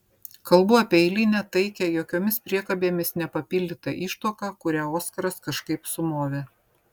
kalbu apie eilinę taikią jokiomis priekabėmis nepapildytą ištuoką kurią oskaras kažkaip sumovė